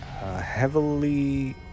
Heavily